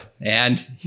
and-